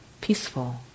peaceful